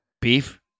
Beef